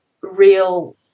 real